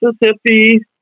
Mississippi